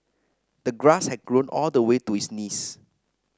the grass had grown all the way to his knees